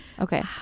Okay